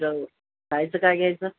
तर खायचं काय घ्यायचं